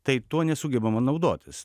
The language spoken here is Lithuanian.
tai tuo nesugebama naudotis